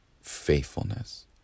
faithfulness